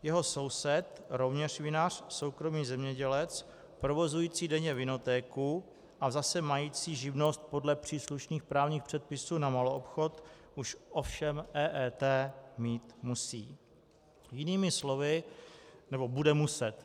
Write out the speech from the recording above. Jeho soused, rovněž vinař, soukromý zemědělec provozující denně vinotéku a zase mající živnost podle příslušných právních předpisů na maloobchod, už ovšem EET mít musí, nebo bude muset.